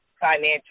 financial